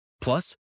Plus